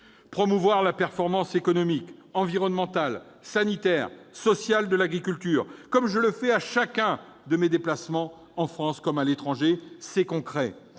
Promouvoir la performance économique, environnementale, sanitaire et sociale de l'agriculture, comme je le fais à chacun de mes déplacements en France comme à l'étranger, c'est concret.